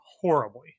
horribly